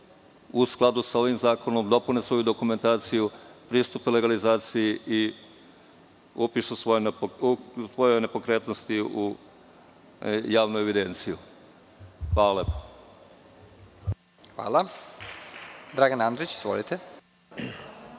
u skladu sa ovim zakonom, dopune svoju dokumentaciju, pristupe legalizaciji i upišu svoje nepokretnosti u javnu evidenciju. Hvala lepo. **Nebojša Stefanović**